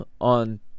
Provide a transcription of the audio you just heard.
on